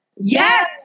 Yes